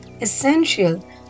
essential